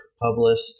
published